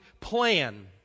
plan